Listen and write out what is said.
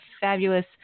fabulous